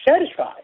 satisfied